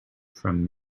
from